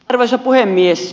arvoisa puhemies